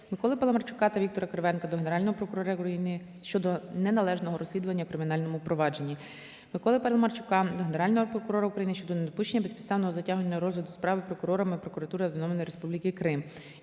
Миколи Паламарчука та Віктора Кривенка до Генерального прокурора України щодо неналежного розслідування у кримінальному провадженні. Миколи Паламарчука до Генерального України щодо недопущення безпідставного затягування розгляду справи прокурорами прокуратури Автономної Республіки Крим.